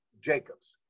Jacobs